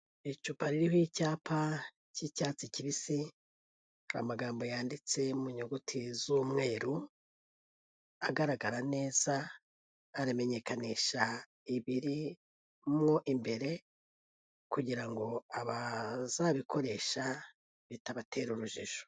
Icupa ririho icyapa cy'icyatsi kibisi ,amagambo yanditse mu nyuguti z'umweru, agaragara neza, aramenyekanisha ibirimwo imbere kugira abazabikoresha bitabatera urujijo.